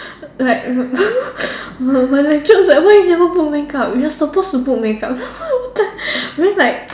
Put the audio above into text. like my my lecturer was like why you never put makeup you are supposed to put makeup then like